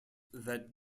that